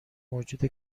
موجود